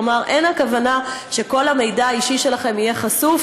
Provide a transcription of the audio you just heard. כלומר אין הכוונה שכל המידע האישי שלכם יהיה חשוף,